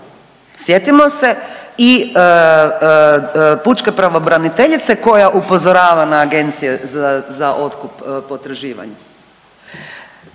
sjetimo se i pučke pravobraniteljice koja upozorava na Agencije za, za otkup potraživanja,